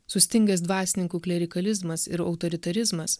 sustingęs dvasininkų klerikalizmas ir autoritarizmas